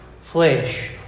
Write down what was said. flesh